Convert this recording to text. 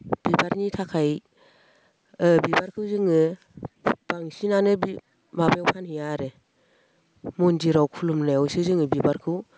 बिबारनि थाखाय बिबारखौ जोङो बांसिनानो माबायाव फानहैया आरो मन्दिराव खुलुमनायावसो जोङो बिबारखौ